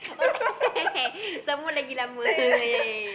tag